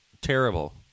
terrible